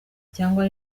cyangwa